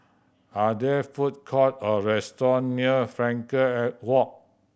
are there food court or restaurant near Frankel Walk